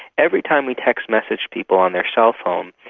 every time we text messaged people on their cell phone,